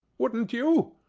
wouldn't you?